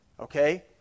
Okay